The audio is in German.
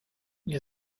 ihr